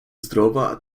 zdrowa